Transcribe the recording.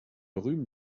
rhume